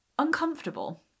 uncomfortable